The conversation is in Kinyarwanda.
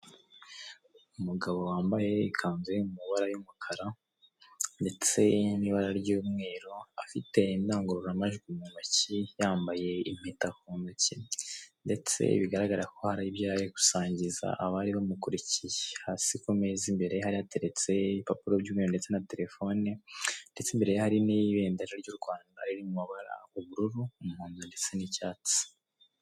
Umugabo wambaye ikanzu iri mu mabara y'umukara ndetse n'ibara ry'umweru, afite indangururamajwi mu ntoki yambaye impeta ku ntoki ndetse bigaragara ko hari ibyo yari ari gusangiza abari bamukurikiye. Hasi ku meza imbereye hari yateretse ibipapuro by'umweru ndetse na telefone ndetse imbere hari n'ibendera ry'u Rwanda riri mu mabara ubururu, umuhondo, ndetse n'icyatsi.